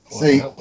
See